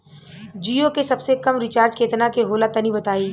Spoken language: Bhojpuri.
जीओ के सबसे कम रिचार्ज केतना के होला तनि बताई?